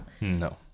No